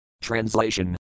Translation